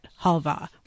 halva